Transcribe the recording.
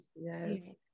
yes